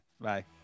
Bye